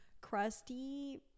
crusty